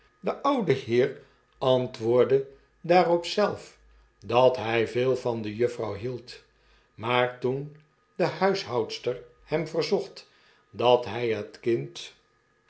de oude heer antwoordde daarop zelf dat hij veel van de juffrouw hield maar toen de huishoudster hem verzocht dat hij het kindzulke